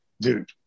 dude